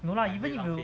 no lah even if you will